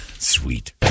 Sweet